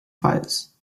fires